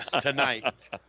Tonight